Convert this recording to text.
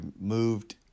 moved